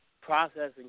Processing